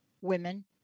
women